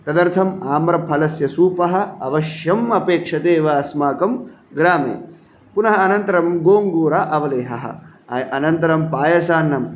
तदर्थम् आम्रफलस्य सूपः अवश्यम् अपेक्षते एव अस्माकं ग्रामे पुनः अनन्तरं गोङ्गूर अवलेहः अनन्तरं पायसान्नं